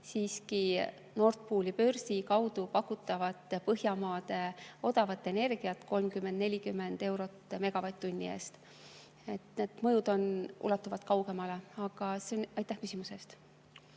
siiski Nord Pooli börsi kaudu pakutavat Põhjamaade odavat energiat, 30–40 eurot megavatt-tunni eest. Need mõjud ulatuvad kaugemale. Aga aitäh küsimuse